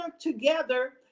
together